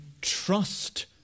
trust